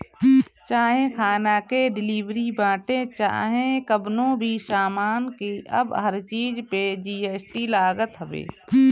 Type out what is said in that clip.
चाहे खाना के डिलीवरी बाटे चाहे कवनो भी सामान के अब हर चीज पे जी.एस.टी लागत हवे